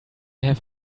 have